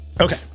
Okay